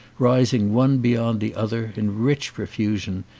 rising one be yond the other, in rich profusion,